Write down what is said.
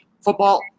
football